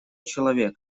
человек